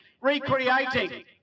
recreating